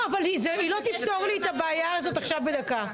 אבל היא לא תפתור לי את הבעיה הזאת עכשיו בדקה.